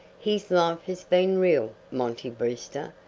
his life has been real, monty brewster,